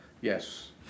Yes